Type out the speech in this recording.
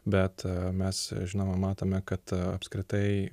bet mes žinoma matome kad apskritai